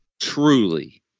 truly